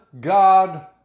God